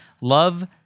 love